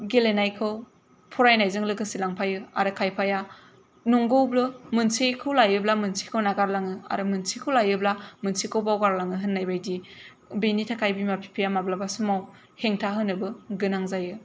गेलेनायखौ फरायनायजों लोगोसे लांफायो आरो खायफाया नंगौबो मोनसेखौ लायोब्ला मोनसेखौ नागारलाङो आरो मोनसेखौ लायोब्ला मोनसेखौ बावगारलाङो होननाय बायदि बेनि थाखाय बिमा बिफाया माब्लाबा समाव हेंथा होनोबो गोनां जायो